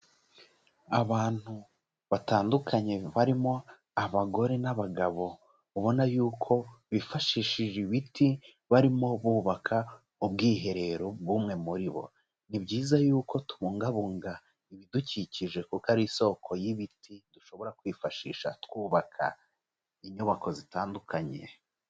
Abantu batandukanye barimo abagore n'abagabo, ubona yuko bifashishije ibiti, barimo bubaka, ubwiherero bw'umwe muri bo, ni byiza yuko tubungabunga ibidukikije kuko ari isoko y'ibiti dushobora kwifashisha twubaka, inyubako zitandukanye.